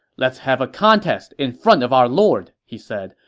let's have a contest in front of our lord, he said.